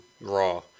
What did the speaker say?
Raw